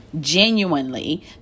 genuinely